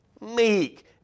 meek